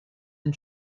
den